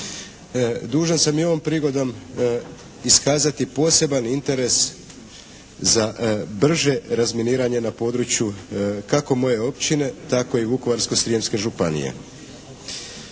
dužan sam i ovom prigodom iskazati poseban interes za brže razminiranje ne području kako moje općine tako i Vukovarsko-Srijemske županije.